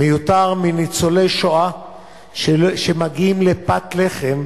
מיותר מניצולי השואה שמגיעים לפת לחם